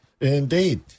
Indeed